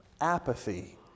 apathy